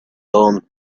dawn